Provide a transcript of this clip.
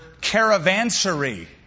caravansary